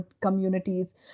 communities